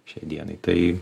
šiai dienai tai